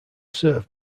served